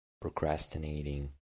procrastinating